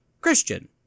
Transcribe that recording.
Christian